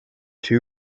two